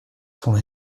son